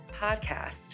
PODCAST